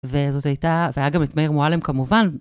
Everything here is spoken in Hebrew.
וזאת הייתה... והיה גם את מאיר מועלם כמובן.